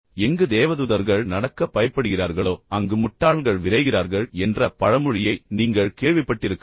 எங்கு தேவதூதர்கள் நடக்க பயப்படுகிறார்களோ அங்கு முட்டாள்கள் விரைகிறார்கள் என்ற பழமொழியை நீங்கள் கேள்விப்பட்டிருக்கலாம்